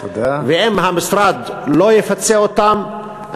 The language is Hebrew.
ואם המשרד לא יפצה אותם,